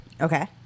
Okay